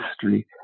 history